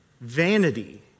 vanity